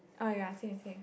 oh ya same same